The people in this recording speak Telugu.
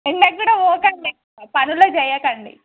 ఇంకెక్కడికి వెళ్ళకండి పనులే చేయకండి